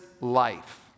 life